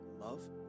Love